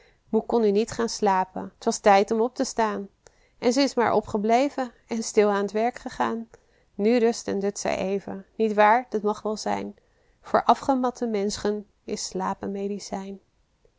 moe kon nu niet gaan slapen t was tijd om op te staan en ze is maar op gebleven en stil aan t werk gegaan nu rust en dut zij even nietwaar dat mag wel zijn voor afgematte menschen is slapen medicijn